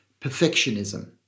Perfectionism